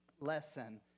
lesson